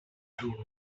tool